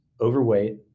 overweight